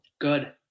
Good